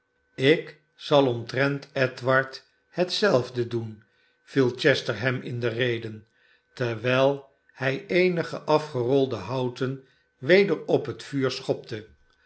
ik zal omtrent edward hetzelfde doen viel chester hem in de rede terwijl hij eenige afgerolde houten weder op het vuur schopte